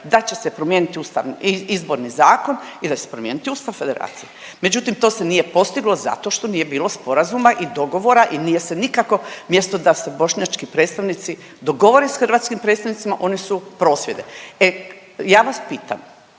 da će se promijeniti izborni zakon i da će se promijeniti Ustav Federacije. Međutim to se nije postiglo zato što nije bilo sporazuma i dogovora i nije se nikako umjesto da se bošnjački predstavnici dogovore s hrvatskim predstavnicima oni su prosvjede. E ja vas pitam,